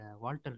Walter